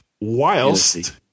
whilst